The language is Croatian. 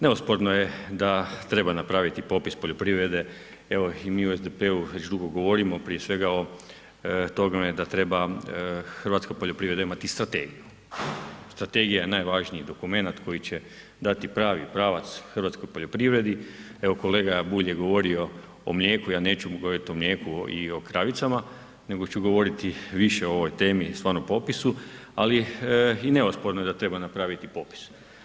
Neosporno je da treba napraviti popis poljoprivrede, evo i mi u SDP-u već dugo govorimo proje svega o tome da treba hrvatska poljoprivreda imati i strategiju, strategija je najvažniji dokumenat koji će dati pravi pravac hrvatskoj poljoprivredi, evo kolega Bulj je govorio o mlijeku, ja neću govoriti o mlijeku, i kravicama, nego ću govoriti više o ovoj temi i stvarnom popisu ali neosporno je i da treba napraviti popis.